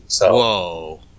Whoa